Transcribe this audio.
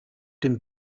den